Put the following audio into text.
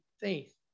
faith